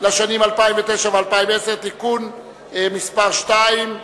לשנים 2009 ו-2010) (תיקון מס' 2),